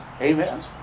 Amen